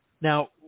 Now